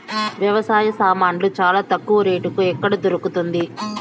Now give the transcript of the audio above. వ్యవసాయ సామాన్లు చానా తక్కువ రేటుకి ఎక్కడ దొరుకుతుంది?